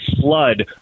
flood